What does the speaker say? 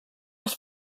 els